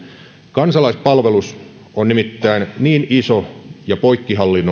kansalaispalvelus on nimittäin niin iso ja poikkihallinnollinen